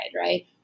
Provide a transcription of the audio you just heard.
right